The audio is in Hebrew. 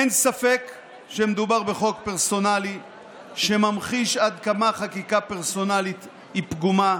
אין ספק שמדובר בחוק פרסונלי שממחיש עד כמה חקיקה פרסונלית היא פגומה.